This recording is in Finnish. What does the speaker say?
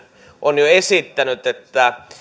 on jo esittänyt että